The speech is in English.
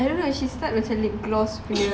I don't know she start macam lip gloss punya